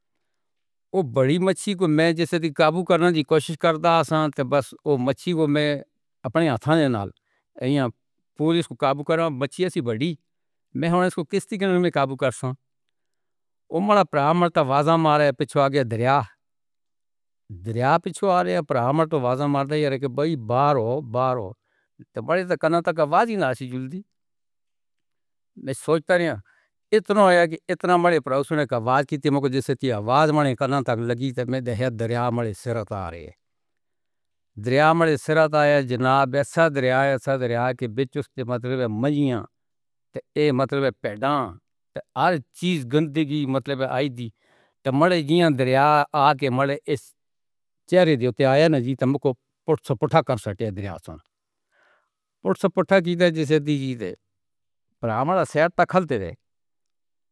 او بڑی مچھی کو میں جیسے قابو کرنے دی کوشش کرتا ساں، تے بس او مچھی او میں اپنے ہتھوں نے نہیں ایہا۔ پوری ایسکو قابو کر۔ مچھی سی بڑی میں ہو ایسکو کس طرح دے ناں قابو کر سکاں۔ انواں پرامرتا آوازا مارے پِچھے آ گیا دریا۔ دریا پِچھُ آلیا پرامرتا آ وازا ماردا یار دے بھائی بڑو بڑو، تے ماڑے کَنّے تک آواز اِن آ سی جلدی۔ میں سوچدا ہاں کہ اِتنا ہو گیا کہ اِتنا مرے۔ پر اُس نے آواز دی مجھکو جیسے آواز لگی تو میں نے دِتا دریا میں سر تار۔ دریا میں سر آیا جناب۔ ایسا دریاۓ سدر آیا۔ دے بیچ اُسے مطلب مَجیاں۔ اے مطلب ڈال تو ہر چیز گندگی مطلب آئی سی تو مر گئی۔ دریا آکے مارے اِس چہرے دے اُتار آیا نا جی تو میں کو فوٹو خوشکش کر ساٹے دریا سن۔ فُٹ سے اُٹھاکے تو جیسے کہ کیڈے۔ پر ہمارا شہر ٹَکَل تے رہے۔